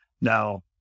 now